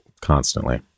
constantly